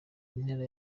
intera